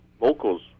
locals